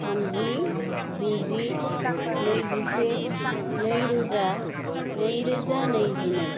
थामजि गुजि नैजिसे नै रोजा नै रोजा नैजिनै